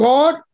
God